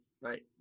right